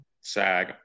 SAG